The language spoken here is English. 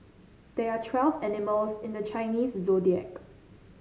there are twelve animals in the Chinese Zodiac